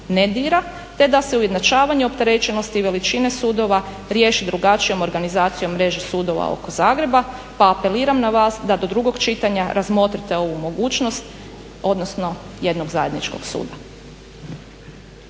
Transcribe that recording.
te da se ujednačavanje opterećenosti i veličine sudova riješi drugačijom organizacijom mreže sudova oko Zagreba pa apeliram na vas da do drugog čitanja razmotrite ovu mogućnost odnosno jednog zajedničkog suda.